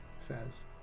says